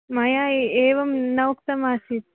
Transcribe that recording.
मया ए एवं न उक्तमासीत्